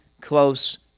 close